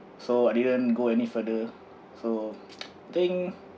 so I didn't go any further so I think